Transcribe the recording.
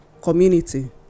community